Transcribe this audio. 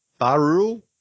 Barul